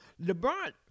LeBron